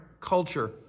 culture